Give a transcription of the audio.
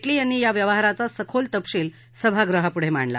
मी यांनी या व्यवहाराचा सखोल तपशील सभागृहापुढे मांडला